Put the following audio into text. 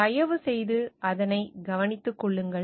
தயவு செய்து அதனை கவனித்துக் கொள்ளுங்கள்